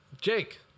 Jake